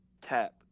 tap